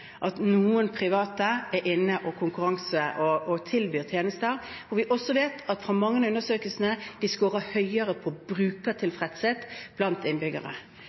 at noen private er inne og tilbyr tjenester, og vi vet fra mange av undersøkelsene, at de skårer høyere på brukertilfredshet blant innbyggere.